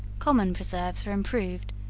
common preserves are improved,